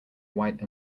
white